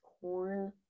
corn